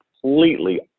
completely